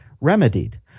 remedied